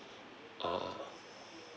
ah